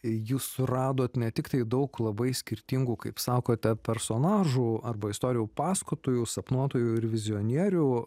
jūs suradot ne tiktai daug labai skirtingų kaip sakote personažų arba istorijų pasakotojų sapnuotojų ir vizionierių